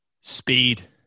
Speed